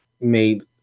made